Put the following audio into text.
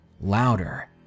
louder